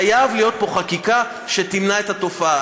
וחייבת להיות פה חקיקה שתמנע את התופעה.